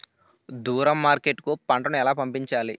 దూరం మార్కెట్ కు పంట ను ఎలా పంపించాలి?